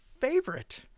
favorite